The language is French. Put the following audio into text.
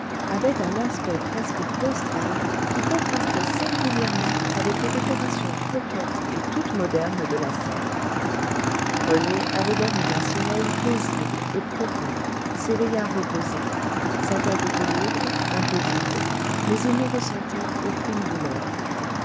avaient un aspect presque claustral qui contrastait singulièrement avec les décorations coquettes et toute modernes de la serre rené avait dormi d'un sommeil paisible et profond s'éveilla reposé sa tête était lourde un peu vide mais il ne ressentait aucune douleur